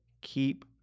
keep